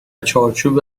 چارچوب